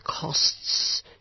costs